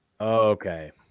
Okay